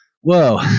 Whoa